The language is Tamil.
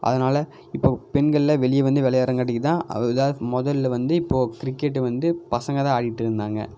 அதனால இப்போ பெண்கள்லாம் வெளியே வந்து விளையாட்றங்காட்டிக்கு தான் அது இதாக முதல்ல வந்து இப்போ கிரிக்கெட்டு வந்து பசங்க தான் ஆடிட்டுருந்தாங்க